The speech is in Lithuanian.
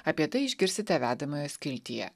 apie tai išgirsite vedamojo skiltyje